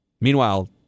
Meanwhile